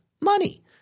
money